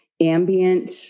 ambient